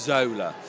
Zola